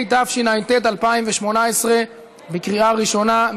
התשע"ט 2018, בקריאה ראשונה.